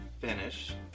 finish